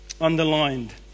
Underlined